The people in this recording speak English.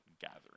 gathering